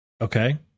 Okay